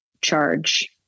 charge